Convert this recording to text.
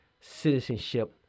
citizenship